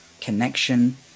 connection